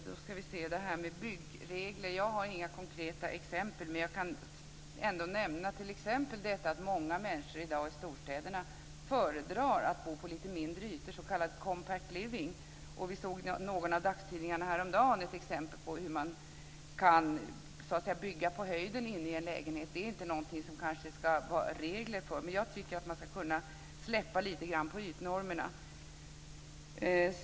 Fru talman! I fråga om det här med byggregler har jag inga konkreta exempel, men jag kan ändå nämna att många människor i dag i storstäderna föredrar att bo på lite mindre ytor, s.k. compact living. Vi såg i någon av dagstidningarna häromdagen ett exempel på hur man så att säga kan bygga på höjden inne i en lägenhet. Det är kanske ingenting som det ska vara regler för, men jag tycker att man ska kunna släppa lite grann på ytnormerna.